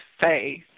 faith